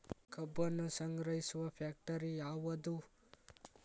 ಕಬ್ಬನ್ನು ಸಂಗ್ರಹಿಸುವ ಫ್ಯಾಕ್ಟರಿ ಯಾವದು?